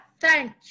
thank